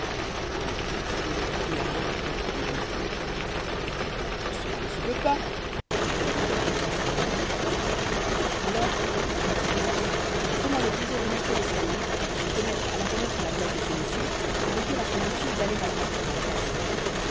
et fritz lui montrait de la main les portes des deux tours mais cela ne se peut pas répondit le parrain drosselmayer alors reprit fritz fais-moi le plaisir de monter l'escalier de te mettre à la fenêtre à la place de ce monsieur et de dire à ce monsieur d'aller à la porte à ta place